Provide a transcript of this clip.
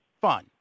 fun